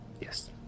Yes